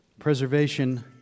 preservation